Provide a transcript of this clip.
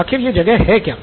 आखिर यह जगह है क्या